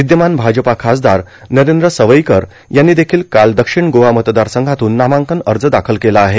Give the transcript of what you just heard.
विद्यमान भाजपा खासदार नरेंद्र सवयीकर यांनी देखिल काल दक्षिण गोवा मतदारसंघातून नामांकन अर्ज दाखल केलं आहे